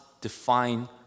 define